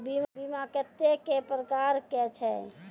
बीमा कत्तेक प्रकारक छै?